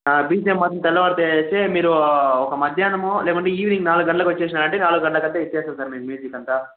BGM మాత్రం తెల్లవారితో వేసి మీరు ఒక మధ్యాహ్నము లేకుంటే ఈవెనింగ్ నాలుగు గంటలకు వచ్చేసినారంటే నాలుగు గంటలకు అంతా ఇచ్చేస్తా సార్ మీకు మ్యూజిక్ అంతా